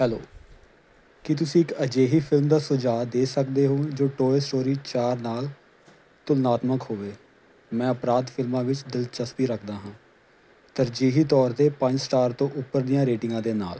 hello ਕੀ ਤੁਸੀਂ ਇੱਕ ਅਜਿਹੀ ਫਿਲਮ ਦਾ ਸੁਝਾਅ ਦੇ ਸਕਦੇ ਹੋ ਜੋ ਟੋਆਏ ਸਟੋਰੀ ਚਾਰ ਨਾਲ ਤੁਲਨਾਤਮਕ ਹੋਵੇ ਮੈਂ ਅਪਰਾਧ ਫਿਲਮਾਂ ਵਿੱਚ ਦਿਲਚਸਪੀ ਰੱਖਦਾ ਹਾਂ ਤਰਜੀਹੀ ਤੌਰ 'ਤੇ ਪੰਜ ਸਟਾਰ ਤੋਂ ਉੱਪਰ ਦੀਆਂ ਰੇਟਿੰਗਾਂ ਦੇ ਨਾਲ